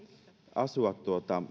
asua